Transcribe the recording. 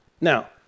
Now